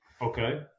Okay